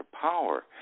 power